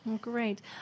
great